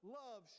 love